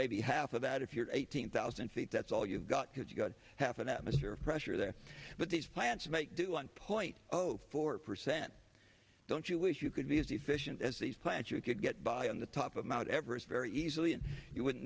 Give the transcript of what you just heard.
maybe half of that if you're eighteen thousand feet that's all you've got because you've got half an atmosphere of pressure there but these plants might do one point zero four percent don't you wish you could be as efficient as these plants you could get by on the top of mount everest very easily and you wouldn't